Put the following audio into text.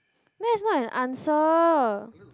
that is not an answer